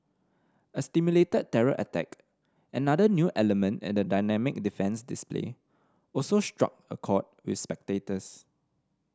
a simulated terror attack another new element in the dynamic defence display also struck a chord with spectators